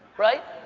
right?